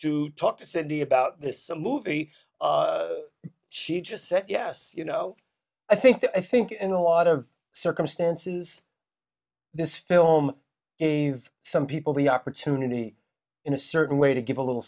to talk to city about this movie she just said yes you know i think that i think in a lot of circumstances this film is some people the opportunity in a certain way to give a little